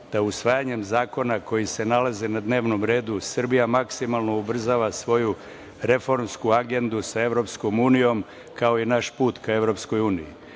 da usvajanjem zakona koji se nalaze na dnevnom redu Srbija maksimalno ubrzava svoju reformsku agendu sa EU, kao i naš put ka EU. U tom smislu,